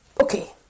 Okay